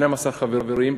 12 חברים,